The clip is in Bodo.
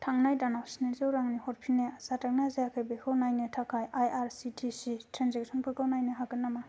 थांनाय दानाव स्निजौ रांनि हरफिननाया जादोंना जायाखै बेखौ नायनो थाखाय I R C T C transaction फोरखौ नायनो हागोन नामा